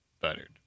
Buttered